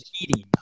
eating